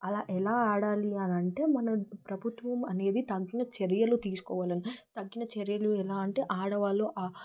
అలా ఎలా ఆడాలి అనంటే మన ప్రభుత్వం అనేది తగిన చర్యలు తీసుకోవాలి తగిన చర్యలు ఎలా అంటే ఆడవాళ్లు